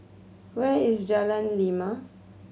where is Jalan Lima